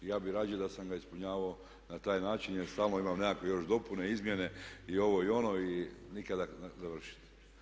I ja bih rađe da sam ga ispunjavao na taj način jer stalno imam nekakve još dopune, izmjene i ovo i ono i nikada završiti.